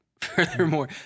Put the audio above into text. Furthermore